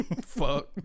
Fuck